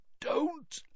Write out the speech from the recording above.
Don't